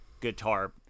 guitar